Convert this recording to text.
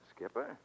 Skipper